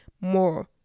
more